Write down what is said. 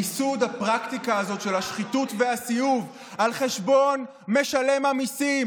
מיסוד הפרקטיקה הזאת של השחיתות והסיאוב על חשבון משלם המיסים,